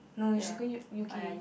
no no she going to U_K